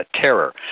terror